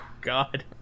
God